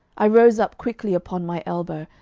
i rose up quickly upon my elbow,